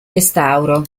restauro